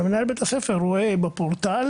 אבל מנהל בית הספר רואה בפורטל